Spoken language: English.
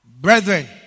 brethren